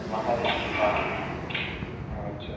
ಮಾಮೂಲಿ ಸ್ವಲ್ಪ ನನ್ಗೆ ಒಂಚೂರು